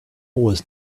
was